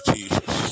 Jesus